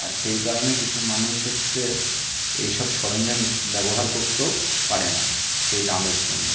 আর সেই কারণে কিছু মানুষ হচ্ছে এইসব সরঞ্জাম ব্যবহার করতেও পারে না সেই দামের জন্য